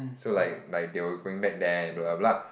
so like like they were going back there and blah blah blah